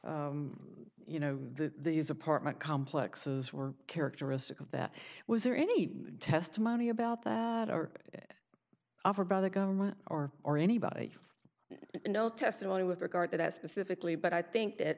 you know these apartment complexes were characteristic of that was there any testimony about the offer by the government or or anybody you know testimony with regard to that specifically but i think that